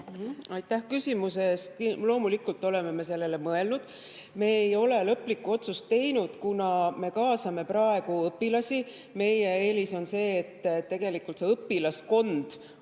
Aitäh küsimuse eest! Loomulikult me oleme sellele mõelnud. Me ei ole lõplikku otsust teinud, kuna me alles kaasame praegu õpilasi. Meie eelis on see, et tegelikult õpilaskond